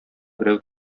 берәү